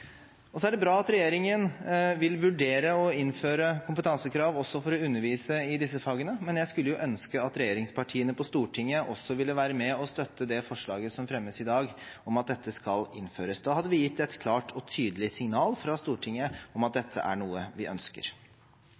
Så er det bra at regjeringen vil vurdere å innføre kompetansekrav også for å undervise i disse fagene, men jeg skulle ønske at regjeringspartiene på Stortinget også ville være med og støtte det forslaget som fremmes i dag om at dette skal innføres. Da hadde vi gitt et klart og tydelig signal fra Stortinget om at dette er noe vi ønsker.